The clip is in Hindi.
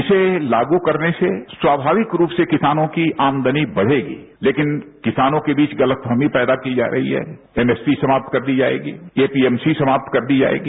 इसे लागू करने से स्वामाविक रूप से किसानों की आमदनी बढ़ेगी लेकिन किसानों के बीच गलतफहमी पैदा की जा रही है एमएसपी समाप्त कर दी जाएगी पीएमसी समाप्त कर दी जाएगी